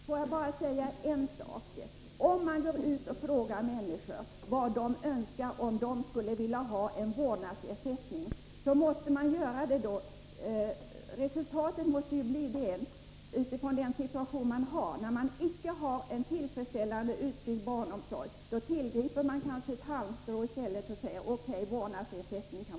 Fru talman! Jag skall inte förlänga debatten med att ytterligare diskutera frågan om vårdnadsersättning. Låt mig bara säga en enda sak. Om man frågar människor huruvida de vill ha ett system med vårdnadsersättning eller ej, svarar de med utgångspunkt i den situation de befinner sig i. I och med att barnomsorgen inte är tillfredsställande utbyggd tillgriper de lätt det halmstrå som det innebär att säga ja till vårdnadsersättning.